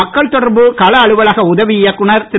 மக்கள் தொடர்பு கள அலுவலக உதவி இயக்குநர் திரு